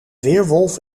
weerwolf